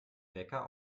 wecker